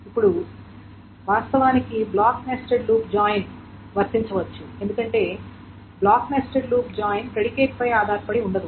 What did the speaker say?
ఇప్పుడు వాస్తవానికి block nested loop join వర్తించవచ్చు ఎందుకంటే block nested loop join predicate పై ఆధారపడి ఉండదు